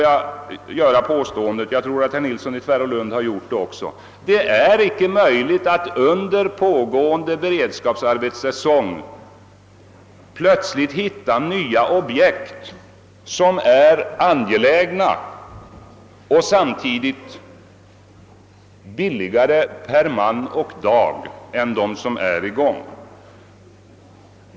Jag vill påstå — jag tror att herr Nilsson i Tvärålund också gjorde det — att det inte är möjligt att under pågående beredskapsarbetssäsong plötsligt hitta nya objekt som är angelägna och samtidigt billigare per man och dag än de som är i gång.